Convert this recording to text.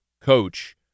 Coach